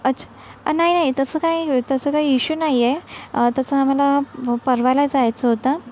अछ नाही नाही तसं काही तसं काही इशू नाही आहे तसं आम्हाला प परवाला जायचं होतं